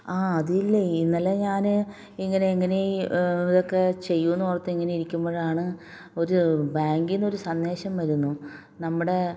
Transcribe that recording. ആ അതില്ലേ ഇന്നലെ ഞാൻ ഇങ്ങനെ എങ്ങനെ ഇതൊക്കെ ചെയ്യുമെന്ന് ഓർത്ത് ഇങ്ങനെ ഇരിക്കുമ്പോഴാണ് ഒരു ബാങ്കിന്ന് ഒരു സന്ദേശം വരുന്നു നമ്മുടെ